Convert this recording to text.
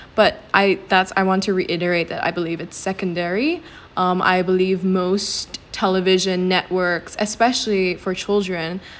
but I that's I want to reiterate that I believe it's secondary um I believe most television networks especially for children